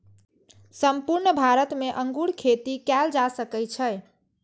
संपूर्ण भारत मे अंगूर खेती कैल जा सकै छै